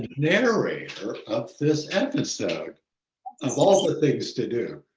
narrate up this episode of all the things to do?